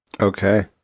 Okay